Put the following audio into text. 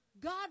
God